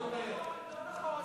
זה לא נכון.